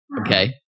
okay